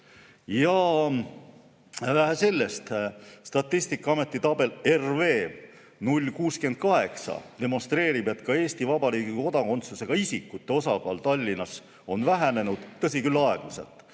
Ja vähe sellest, Statistikaameti tabel RV068 demonstreerib, et ka Eesti Vabariigi kodakondsusega isikute osakaal Tallinnas on vähenenud, tõsi küll, aeglaselt,